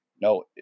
No